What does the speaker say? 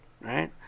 right